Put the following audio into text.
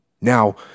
Now